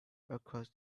across